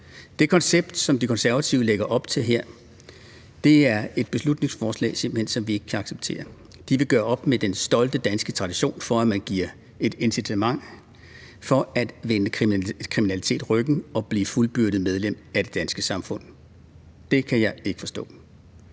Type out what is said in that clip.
Det koncept, som De Konservative lægger op til her i deres beslutningsforslag, kan vi simpelt hen ikke acceptere. De vil gøre op med den stolte danske tradition for, at man giver et incitament til at vende kriminalitet ryggen og blive at fuldbyrdet medlem af det danske samfund. Det kan jeg ikke forstå.